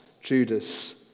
Judas